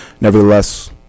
Nevertheless